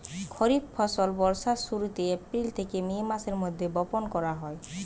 খরিফ ফসল বর্ষার শুরুতে, এপ্রিল থেকে মে মাসের মধ্যে বপন করা হয়